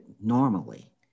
normally